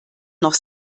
noch